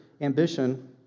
ambition